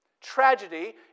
Tragedy